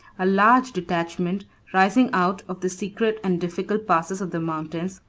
a large detachment, rising out of the secret and difficult passes of the mountains,